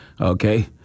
Okay